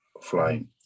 flying